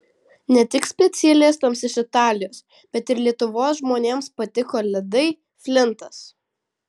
ne tik specialistams iš italijos bet ir lietuvos žmonėms patiko ledai flintas